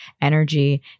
energy